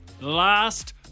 Last